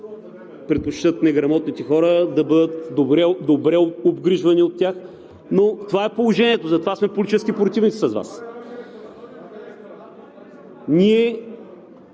предпочитат неграмотните хора да бъдат добре обгрижвани от тях, но това е положението. Затова сме политически противници с Вас.